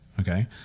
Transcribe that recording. Okay